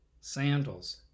sandals